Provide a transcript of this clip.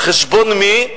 על חשבון מי?